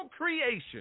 creation